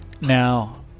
Now